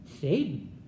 Satan